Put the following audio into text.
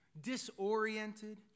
disoriented